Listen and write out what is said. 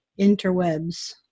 interwebs